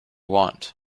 want